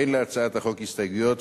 אין להצעות החוק הסתייגויות,